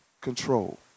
control